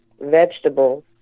Vegetables